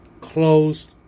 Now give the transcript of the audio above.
closed